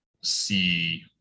see –